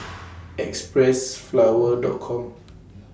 Xpressflower Dot Com